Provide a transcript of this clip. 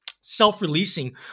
self-releasing